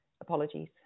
Apologies